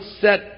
set